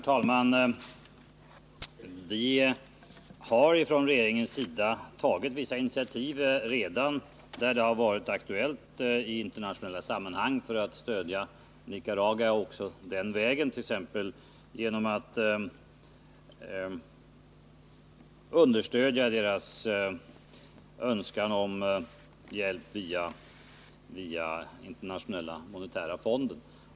Herr talman! Regeringen har där så har varit aktuellt redan tagit vissa initiativ i internationella sammanhang för att stödja Nicaragua också den vägen, t.ex. initiativ för att understödja landets önskan om hjälp via den internationella monetära fonden.